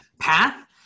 path